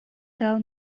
tell